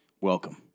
Welcome